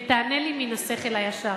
ותענה לי מן השכל הישר.